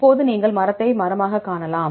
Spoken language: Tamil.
இப்போது நீங்கள் மரத்தைப் மரமாகக் காணலாம்